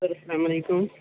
hello السلام علیکم